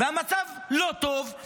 והמצב לא טוב,